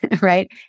right